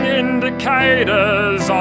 indicators